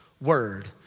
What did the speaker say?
word